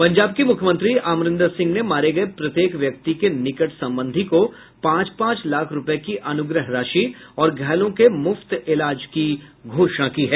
पंजाब के मुख्यमंत्री अमरिन्दर सिंह ने मारे गये प्रत्येक व्यक्ति के निकट संबंधी को पांच पांच लाख रूपये की अनुग्रह राशि और घायलों के मुफ्त इलाज की घोषणा की है